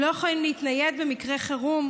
הם לא יכולים להתנייד במקרי חירום.